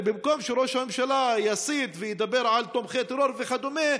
ובמקום שראש הממשלה יסית וידבר על תומכי טרור וכדומה,